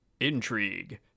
Intrigue